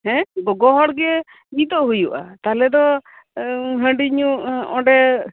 ᱦᱮᱸ ᱜᱚᱜᱚ ᱦᱚᱲ ᱜᱮ ᱢᱤᱫᱚᱜ ᱦᱩᱭᱩᱜᱼᱟ ᱛᱟᱞᱦᱮ ᱫᱚ ᱦᱟᱺᱰᱤ ᱧᱩ ᱚᱸᱰᱮ